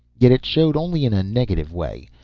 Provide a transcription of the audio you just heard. yet it showed only in a negative way.